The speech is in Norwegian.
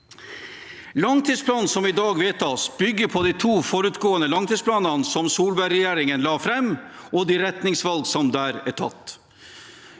Langtidsplanen som i dag vedtas, bygger på de to forutgående langtidsplanene som Solberg-regjeringen la fram, og de retningsvalg som der er tatt.